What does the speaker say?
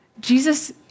Jesus